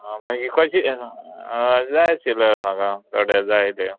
आं मागीर कशें जाय आशिल्लें म्हाका थोडे जाय आं